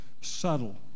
Subtle